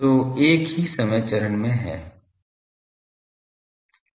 तो एक ही समय चरण में हैं